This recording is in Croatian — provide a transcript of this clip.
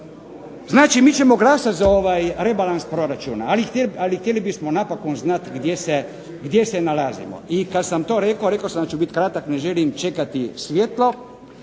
Znači, mi ćemo glasat za ovaj rebalans proračuna, ali htjeli bismo napokon znati gdje se nalazimo. I kad sam to rekao, rekao sam da ću biti kratak, ne želim čekati svjetlo,